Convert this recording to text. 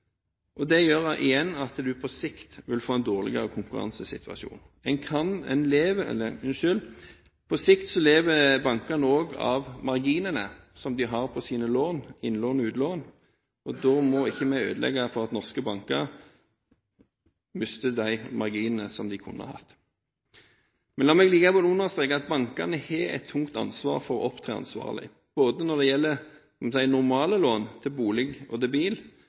og det gjør igjen at man på sikt vil få en dårligere konkurransesituasjon. På sikt lever bankene også av marginene som de har på sine lån – innlån og utlån – og da må ikke vi ødelegge for norske banker, slik at de mister de marginene de kunne hatt. La meg likevel understreke at bankene har et tungt ansvar for å opptre ansvarlig, både når det gjelder «normale» lån til bolig og bil,